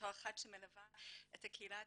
בתור אחת שמלווה את הקהילה האתיופית,